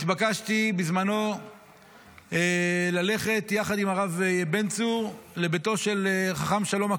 התבקשתי בזמנו ללכת יחד עם הרב בן צור לביתו של חכם שלום כהן,